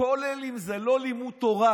כוללים זה לא לימוד תורה,